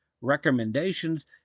recommendations